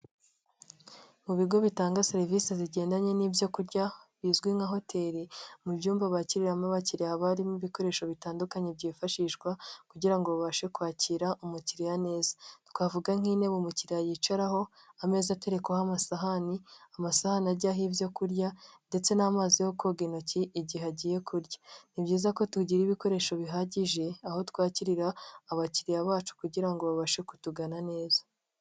Mu bigo bitanga serivisi zigendanye n'ibyo kurya bizwi nka hoteli, mu byumba bakiriramo abakiliya, harimo ibikoresho bitandukanye byifashishwa kugira ngo babashe kwakira umukiliya neza, twavuga nk'intebe umukiliya yicaraho, ameza aterekwaho amasahani ajyaho ibyo kurya, ndetse n'amazi yo koga intoki, igihe agiye kurya. Ni byiza ko tugira ibikoresho bihagije aho twakirira abakiliya bacu kugira ngo babashe kutugana neza.